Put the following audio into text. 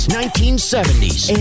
1970s